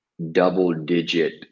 double-digit